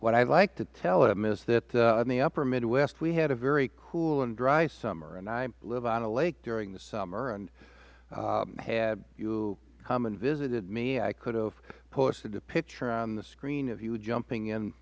would like to tell him is that in the upper midwest we had a very cool and dry summer i live on a lake during the summer and had you come and visited me i could have posted a picture of the screen of you jumping in